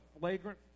flagrant